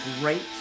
great